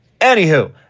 anywho